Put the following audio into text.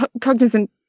cognizant